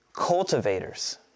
cultivators